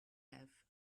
have